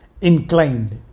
inclined